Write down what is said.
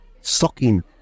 sucking